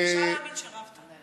אני מתקשה להאמין שרבת.